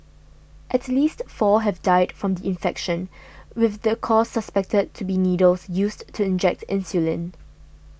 at least four have died from the infection with the cause suspected to be needles used to inject insulin